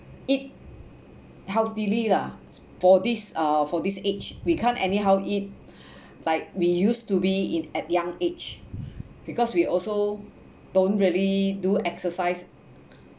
eat healthily lah for this uh for this age we can't anyhow eat like we used to be in at young age because we also don't really do exercise